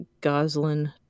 Goslin